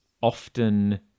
often